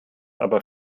aber